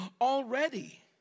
already